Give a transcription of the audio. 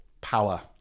power